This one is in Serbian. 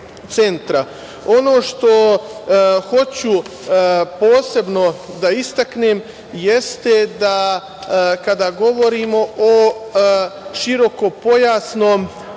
što hoću posebno da istaknem jeste da kada govorimo o širokopojasnom